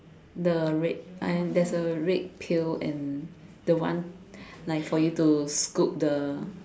the red and there's a red pail and the one like for you to scoop the